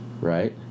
Right